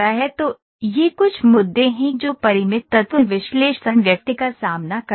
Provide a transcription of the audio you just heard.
तो ये कुछ मुद्दे हैं जो परिमित तत्व विश्लेषण व्यक्ति का सामना करते हैं